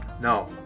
No